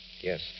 Yes